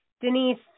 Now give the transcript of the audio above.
Denise